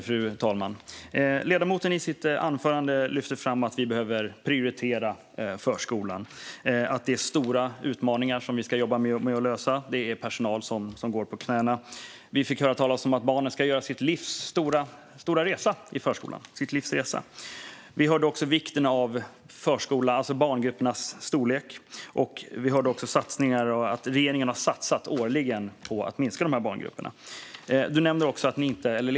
Fru talman! Ledamoten lyfter i sitt anförande fram att vi behöver prioritera förskolan, att det är stora utmaningar som vi ska jobba med att lösa och att personal går på knäna. Vi fick höra att barnen ska göra sitt livs resa i förskolan. Vi hörde också om vikten av barngruppernas storlek och att regeringen årligen har satsat på att minska barngruppernas storlek.